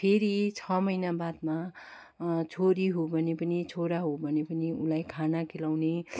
फेरि छ महिना बादमा छोरी हो भने पनि छोरा हो भने पनि उसलाई खाना खिलाउने